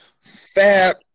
fab